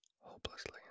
hopelessly